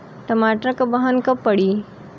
टमाटर क बहन कब पड़ी?